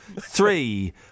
three